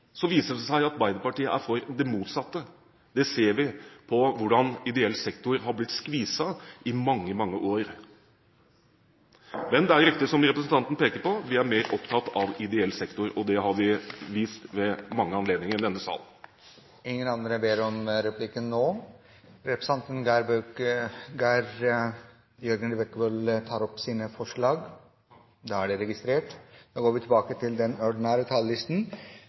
viser at Arbeiderpartiet er for det motsatte. Det ser vi på hvordan ideell sektor har blitt skviset i mange, mange år. Men det er riktig som representanten peker på – vi er mer opptatt av ideell sektor, og det har vi vist ved mange anledninger i denne sal. Replikkordskiftet er avsluttet. Venstre er ikke representert i kommunalkomiteen i denne perioden. Jeg vil likevel benytte anledningen til å knytte noen generelle kommentarer til